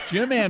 Jim